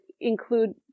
include